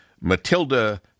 Matilda